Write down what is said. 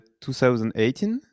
2018